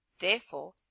Therefore